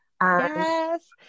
yes